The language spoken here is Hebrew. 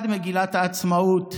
מוקד אחד, מגילת העצמאות: